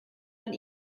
man